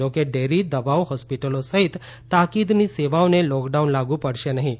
જો કે ડેરી દવાઓ હોસ્પિટલો સહિત તાકીદની સેવાઓને લોકડાઉન લાગુ પડશે નહીં